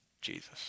Jesus